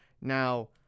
Now